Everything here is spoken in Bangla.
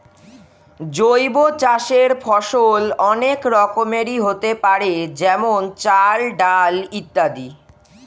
জৈব চাষের ফসল অনেক রকমেরই হতে পারে যেমন চাল, ডাল ইত্যাদি